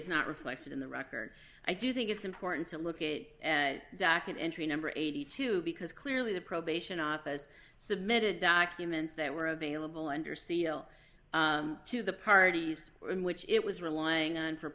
is not reflected in the record i do think it's important to look at it and docket entry number eighty two because clearly the probation office submitted documents that were available under seal to the parties in which it was relying on for